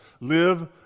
live